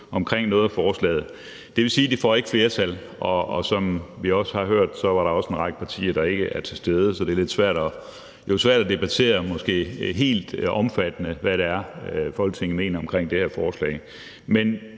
omkring noget af forslaget. Det vil sige, at det ikke får flertal, og som vi også har hørt, er der en række partier, der ikke er til stede, så det er jo måske lidt svært at debattere helt omfattende, hvad det er, Folketinget mener om det her forslag. Men